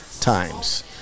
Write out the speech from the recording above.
times